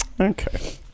Okay